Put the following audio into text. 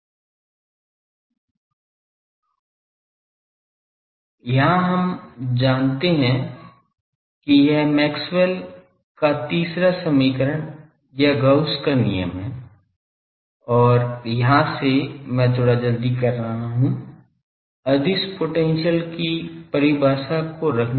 और हम जानते हैं कि यह मैक्सवेल का तीसरा समीकरण या गॉस का नियम है और यहाँ से मैं थोड़ा जल्दी कर रहा हूँ अदिश पोटेंशियल की परिभाषा को रखने पर